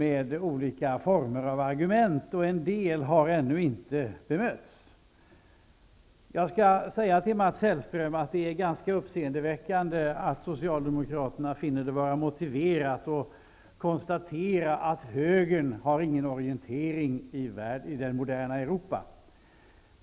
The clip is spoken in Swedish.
En del argument har ännu inte bemötts. Till Mats Hellström vill jag säga att det är ganska uppseendeväckande att Socialdemokraterna finner det vara motiverat att konstatera att högern inte har någon orientering i det moderna Europa.